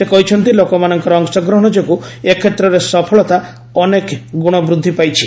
ସେ କହିଛନ୍ତି ଲୋକମାନଙ୍କର ଅଂଶଗ୍ରହଣ ଯୋଗୁଁ ଏ କ୍ଷେତ୍ରରେ ସଫଳତା ଅନେକ ଗୁଣ ବୃଦ୍ଧି ପାଇଛି